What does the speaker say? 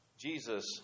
Jesus